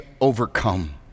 overcome